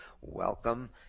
Welcome